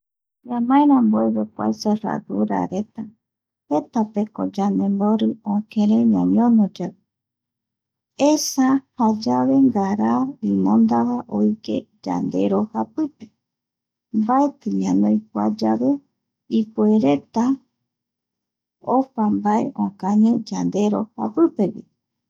Ñamae rambueve kua cerradurare, jetapeko yandembori ökëre ñañonoyae, esa jayave ngara imondava oike yandero mbaeti ñanoi kua yave, ipuereta opa, mbae okañi yandero japipepe.